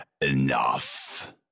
enough